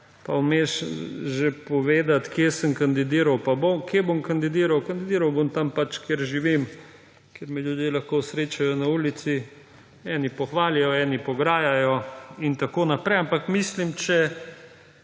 pa vmes že povedati, kje sem kandidiral pa kje bom kandidiral. Kandidiral bom tam, kjer pač živim, kjer me ljudje lahko srečajo na ulici, eni pohvalijo, eni pograjajo in tako naprej. Če ste